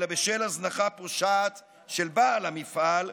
אלא בשל הזנחה פושעת של בעל המפעל,